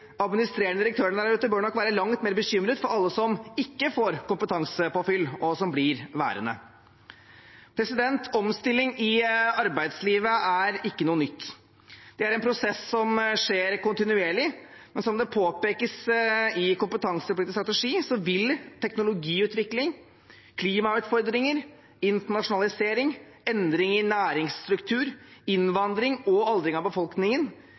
administrerende direktørene der ute bør nok være langt mer bekymret for alle dem som ikke får kompetansepåfyll, og som blir værende. Omstilling i arbeidslivet er ikke noe nytt. Det er en prosess som skjer kontinuerlig, men som det påpekes i kompetansepolitisk strategi, vil teknologiutvikling, klimautfordringer, internasjonalisering, endring i næringsstruktur, innvandring og aldring i befolkningen